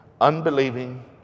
unbelieving